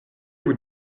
vous